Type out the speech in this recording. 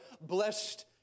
blessed